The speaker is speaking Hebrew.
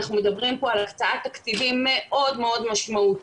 אנחנו מדברים פה על הקצאת תקציבים מאוד משמעותי,